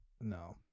No